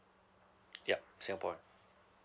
yup singapore